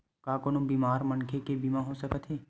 का कोनो बीमार मनखे के बीमा हो सकत हे?